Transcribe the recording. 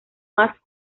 más